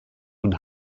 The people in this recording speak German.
und